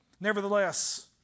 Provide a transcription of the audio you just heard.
Nevertheless